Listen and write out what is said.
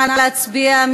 נא להצביע.